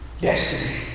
destiny